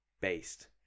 based